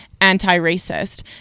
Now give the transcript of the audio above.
anti-racist